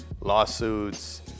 lawsuits